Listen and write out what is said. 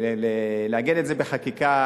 לעגן את זה בחקיקה,